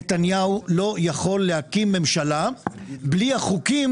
נתניהו לא יכול להקים ממשלה בלי החוקים